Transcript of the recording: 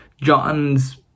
John's